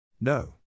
No